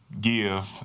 give